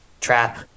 trap